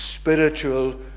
spiritual